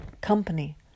company